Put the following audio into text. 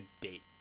date